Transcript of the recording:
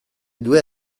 due